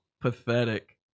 Pathetic